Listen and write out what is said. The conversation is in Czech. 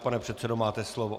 Pane předsedo, máte slovo.